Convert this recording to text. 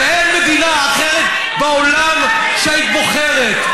ואין מדינה אחרת בעולם שהיית בוחרת.